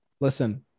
listen